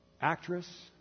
actress